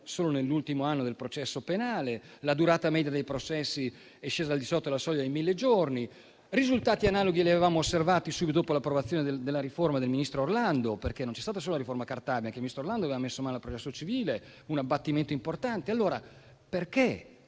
solo nell'ultimo anno, del processo penale e la durata media dei processi è scesa al di sotto della soglia dei 1.000 giorni. Risultati analoghi li avevamo osservati subito dopo l'approvazione della riforma del ministro Orlando. Non c'è stata solo la riforma Cartabia, infatti, ma anche il ministro Orlando aveva messo mano al processo civile. È un abbattimento importante. Allora, perché